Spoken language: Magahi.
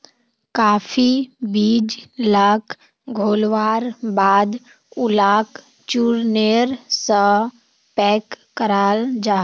काफी बीज लाक घोल्वार बाद उलाक चुर्नेर सा पैक कराल जाहा